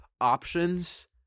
options